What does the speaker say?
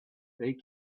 they